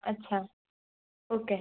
अच्छा ओके